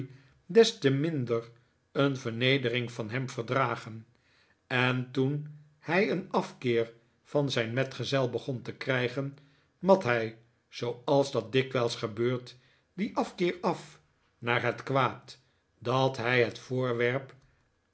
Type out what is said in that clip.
des te minder een vernedering van hem verdragen en toen hij een afkeer van zijn metgezel begon te krijgen mat hij zooals dat dikwijls gebeurt dien afkeer af naar het kwaad dat hij het voorwerp